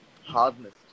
hardness